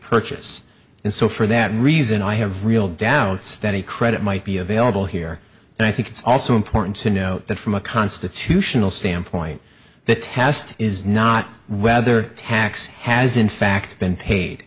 purchase and so for that reason i have real doubts that a credit might be available here and i think it's also important to note that from a constitutional standpoint the test is not whether tax has in fact been paid